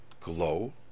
glow